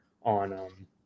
on